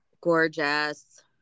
Gorgeous